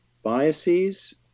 biases